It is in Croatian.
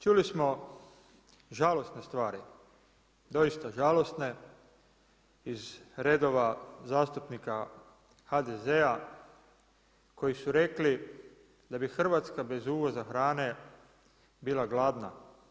Čuli smo, žalosne stvari, doista žalosne iz redova zastupnika HDZ-a koji su rekli da bi Hrvatska bez uvoza hrane bila gladna.